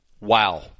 Wow